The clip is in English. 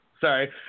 Sorry